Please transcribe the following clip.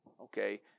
okay